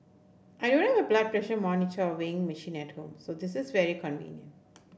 I don't have a blood pressure monitor or weighing machine at home so this is very convenient